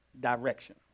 direction